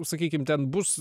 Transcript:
sakykim ten bus